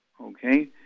okay